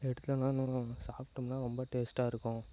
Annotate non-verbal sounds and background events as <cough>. எடுத்தோனா <unintelligible> தடவ சாப்பிட்டோம்னா ரொம்ப டேஸ்ட்டாக இருக்கும்